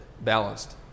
balanced